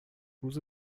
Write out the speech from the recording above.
روز